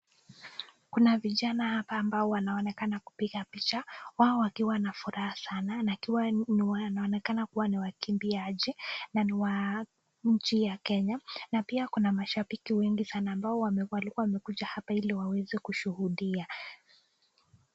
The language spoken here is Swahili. Kuna vijana hapa wanaonekana kupika picha, wao wakiwa na furaha sana wakiwa wanaonekana kuwa ni wakimbiaji na ni wa nchi ya kenya na pia kuna mashabiki wengi sana walikuwa wamekuja hapa hili waweze kushuudia.